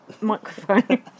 microphone